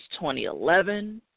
2011